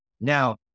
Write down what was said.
Now